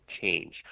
change